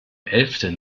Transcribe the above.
elften